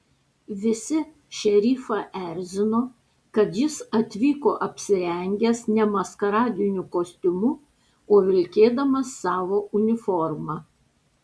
visi šerifą erzino kad jis atvyko apsirengęs ne maskaradiniu kostiumu o vilkėdamas savo uniformą